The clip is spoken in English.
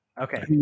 Okay